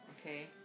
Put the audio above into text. okay